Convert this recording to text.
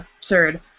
absurd